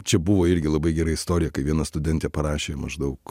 čia buvo irgi labai gera istorija kai viena studentė parašė maždaug